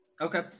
Okay